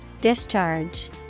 Discharge